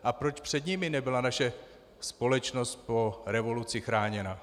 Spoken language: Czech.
A proč před nimi nebyla naše společnost po revoluci chráněna?